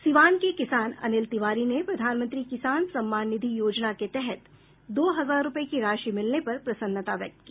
सिवान के किसान अनिल तिवारी ने प्रधानमंत्री किसान सम्मान निधि योजना के तहत दो हजार रुपए की राशि मिलने पर प्रसन्नता व्यक्त की